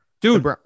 Dude